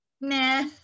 Nah